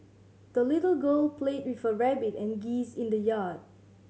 the little girl played with her rabbit and geese in the yard